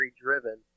driven